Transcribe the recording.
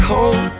Cold